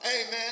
amen